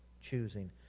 choosing